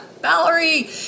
Valerie